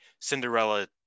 cinderella